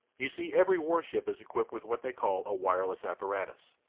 you see every warship is equipped with what they call a wireless apparatus.